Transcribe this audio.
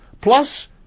plus